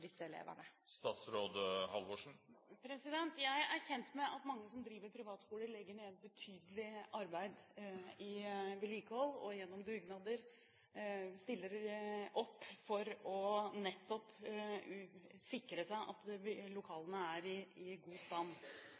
Jeg er kjent med at mange som driver privatskoler, legger ned betydelig arbeid i vedlikehold og gjennom dugnader – stiller opp for nettopp å sikre seg at lokalene er i god stand.